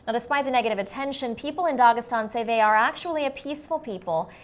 but despite the negative attention, people in dagestan say they are actually a peaceful people,